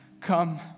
come